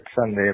Sunday